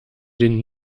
den